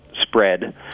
spread